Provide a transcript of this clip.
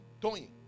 Tony